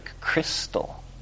crystal